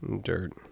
Dirt